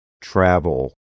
travel